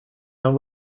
нам